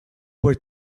were